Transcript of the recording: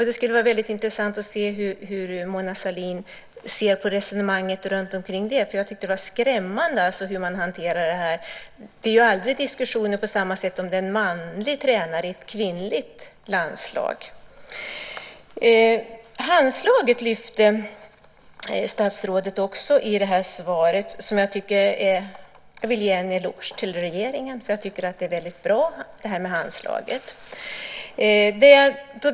Det skulle vara väldigt intressant att höra vad Mona Sahlin har för syn på resonemanget kring detta. Jag tyckte att den här hanteringen var skrämmande. Det förs ju aldrig diskussioner på samma sätt om det är en manlig tränare för ett kvinnligt landslag. Statsrådet lyfte också fram Handslaget i svaret. Jag vill ge en eloge till regeringen, för jag tycker att Handslaget är väldigt bra.